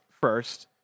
first